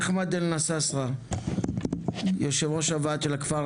אחמד אל נסאסרה, יושב ראש הוועד של הכפר